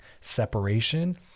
separation